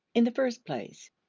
in the first place,